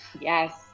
Yes